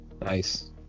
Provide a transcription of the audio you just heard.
Nice